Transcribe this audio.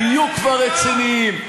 תהיו כבר רציניים.